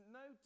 no